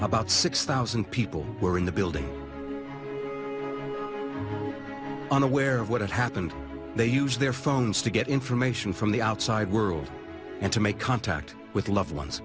about six thousand people were in the building unaware of what had happened they used their phones to get information from the outside world and to make contact with loved ones